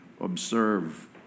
observe